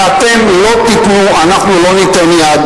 ואנחנו לא ניתן יד,